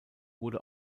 wurde